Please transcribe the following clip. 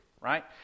right